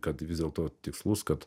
kad vis dėlto tikslus kad